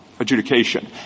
adjudication